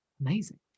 amazing